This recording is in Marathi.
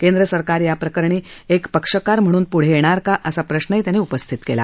केंद्र सरकार याप्रकरणी एक पक्षकार म्हणून पुढं येणार का असा प्रश्नही त्यांनी उपस्थित केला